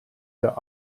der